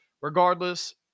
Regardless